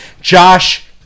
Josh